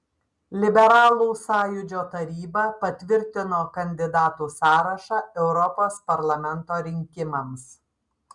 liberalų sąjūdžio taryba patvirtino kandidatų sąrašą europos parlamento rinkimams